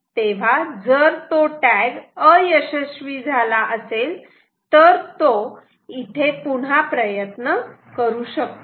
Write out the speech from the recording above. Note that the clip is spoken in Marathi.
तेव्हा जर तो टॅग अयशस्वी झाला असेल तर तो इथे प्रयत्न करू शकतो